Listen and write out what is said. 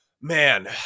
man